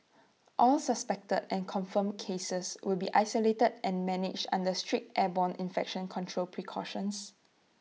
all suspected and confirmed cases will be isolated and managed under strict airborne infection control precautions